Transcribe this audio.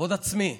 כבוד עצמי,